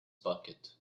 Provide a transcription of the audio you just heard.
pocket